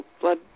Blood